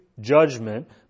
judgment